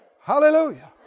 Hallelujah